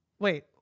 Wait